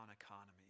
economy